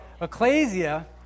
Ecclesia